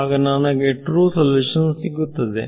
ಆಗ ನನಗೆ true solution ಸಿಗುತ್ತದೆ